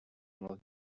will